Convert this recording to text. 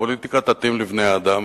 הפוליטיקה תתאים לבני-האדם.